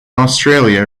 australia